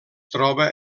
troba